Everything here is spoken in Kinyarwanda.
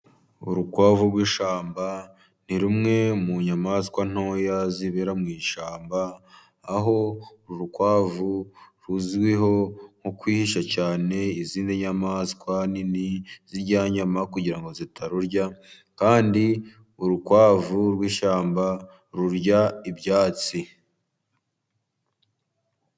Urukwavu rw'ishyamba, ni rumwe mu nyamaswa ntoya zibera mu shyamba, aho urukwavu ruzwiho nko kwihisha cyane izindi nyamaswa nini zirya inyama kugira ngo zitarurya, kandi urukwavu rw'ishyamba rurya ibyatsi.